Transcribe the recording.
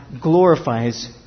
glorifies